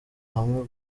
hamwe